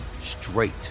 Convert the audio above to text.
straight